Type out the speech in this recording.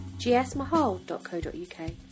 gsmahal.co.uk